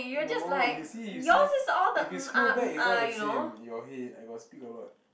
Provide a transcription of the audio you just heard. no you see you see if you scroll back it's all the same your head I got speak a lot